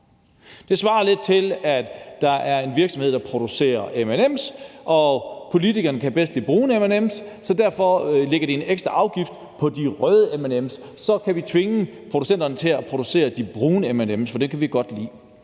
Det svarer lidt til, at der er en virksomhed, der producerer M&M's, og politikerne kan bedst lide brune M&M's, så derfor lægger de en ekstra afgift på de røde M&M's, for så kan de tvinge producenterne til at producere de brune M&M's, for dem kan politikerne godt lide.